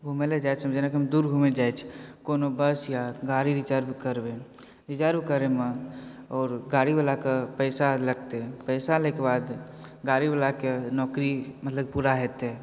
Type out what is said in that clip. घुमय लेल जाइत समय जेनाकि हम दूर घूमय लेल जाइत छी कोनो बस या गाड़ी रिजर्व करबै रिजर्व करयमे आओर गाड़ीवलाके पैसा लगतै पैसा लै के बाद गाड़ीवलाके नौकरी मतलब पूरा हेतै